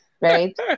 right